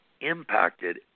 impacted